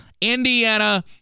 Indiana